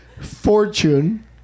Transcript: Fortune